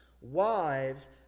Wives